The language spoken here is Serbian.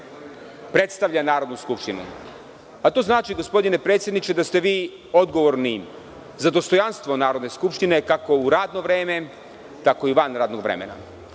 predstavlja Narodnu skupštinu, a to znači, gospodine predsedniče, da ste vi odgovorni za dostojanstvo Narodne skupštine kako u radno vreme, tako i van radnog vremena.S